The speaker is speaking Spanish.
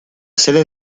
sede